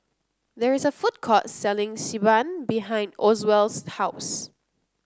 there is a food court selling Xi Ban behind Oswald's house